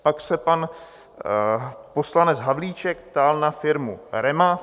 Pak se pan poslanec Havlíček ptal na firmu REMA.